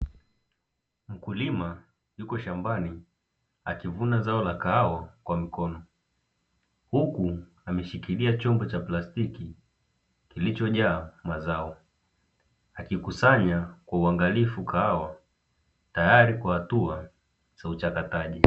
Mkulima yuko shambani akivuna zao la kahawa kwa mikono, huku ameshikilia chombo cha plastiki kilichojaa mazao, akikusanya kwa uangalifu kahawa tayari kwa hatua za uchakataji.